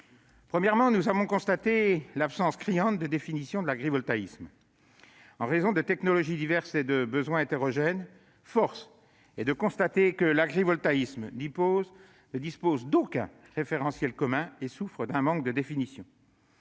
Premièrement, nous avons constaté l'absence criante de définition de l'agrivoltaïsme. En raison de technologies diverses et de besoins hétérogènes, force est de constater que l'agrivoltaïsme ne dispose d'aucun référentiel commun et souffre d'un manque de définition.